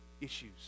issues